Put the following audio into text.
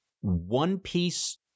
one-piece